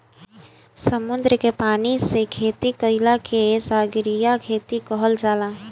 समुंदर के पानी से खेती कईला के सागरीय खेती कहल जाला